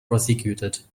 prosecuted